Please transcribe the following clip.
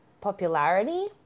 popularity